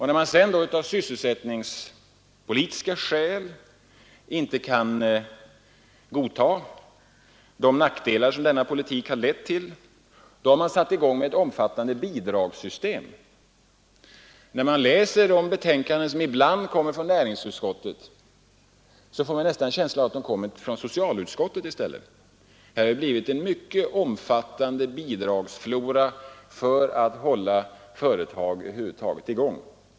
När man sedan av sysselsättningspolitiska skäl inte kan godtaga de nackdelar som denna politik har lett till, har man satt i gång ett omfattande bidragssystem. Läser man de betänkanden som ibland kommer från näringsutskottet, får man nästan en känsla av att de i stället kommer från socialutskottet. Det har blivit en mycket omfattande bidragsflora för att över huvud taget hålla företag i gång.